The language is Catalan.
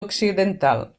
occidental